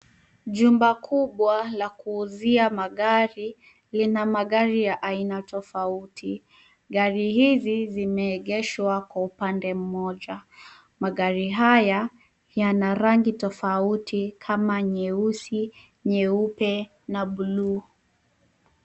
Jumba kubwa la kuuzia magari lina magari ya aina tofauti. Gari hizi zimeegeshwa kwa upande mmoja. Magari haya yana rango tofauti kama nyeusi, nyeupe na buluu.